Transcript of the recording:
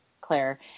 Claire